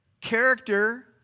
Character